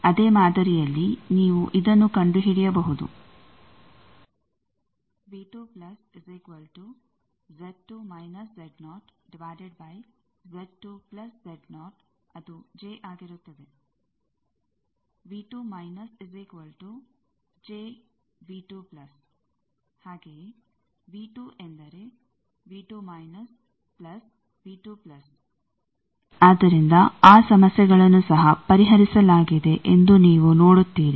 ಅದೇ ಮಾದರಿಯಲ್ಲಿ ನೀವು ಇದನ್ನು ಕಂಡುಹಿಡಿಯಬಹುದು ಆದ್ದರಿಂದ ಆ ಸಮಸ್ಯೆಗಳನ್ನು ಸಹ ಪರಿಹರಿಸಲಾಗಿದೆ ಎಂದು ನೀವು ನೋಡುತ್ತೀರಿ